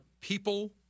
people